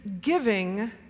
giving